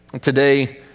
Today